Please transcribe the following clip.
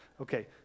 Okay